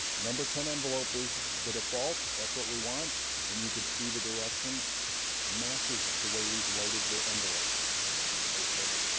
number ten envelope is the default that's what we want and you could see the direction matches the way we've loaded the envelope ok.